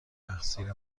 تقصیر